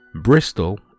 Bristol